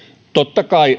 totta kai